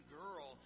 girl